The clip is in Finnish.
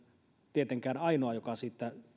tietenkään ainoa joka siitä